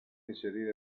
inserire